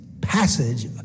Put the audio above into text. passage